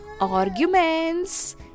arguments